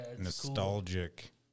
nostalgic